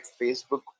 Facebook